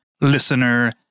listener